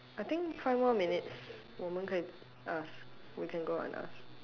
I think five more minutes w哦们可以:wo men ke yi ask we can go out and ask